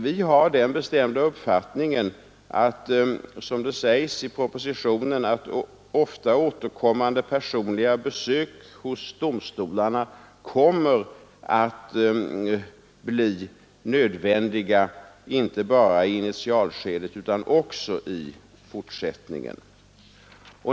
Vi har den bestämda uppfattningen att, som det sägs i propositionen, ofta återkommande personliga besök hos domstolarna kommer att bli nödvändiga inte bara i initialskedet utan också i fortsättningen.